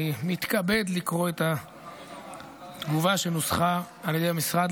אני מתכבד לקרוא את התגובה שנוסחה על ידי המשרד